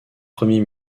premier